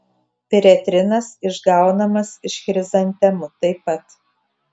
piretrinas išgaunamas iš chrizantemų taip pat